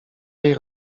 jej